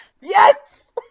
Yes